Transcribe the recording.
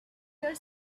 their